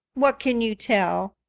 what can you tell?